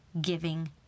giving